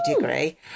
degree